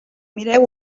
mireu